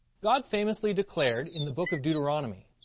god famously declared in the book of deuteronomy